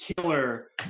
killer